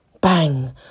Bang